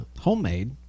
homemade